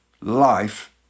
life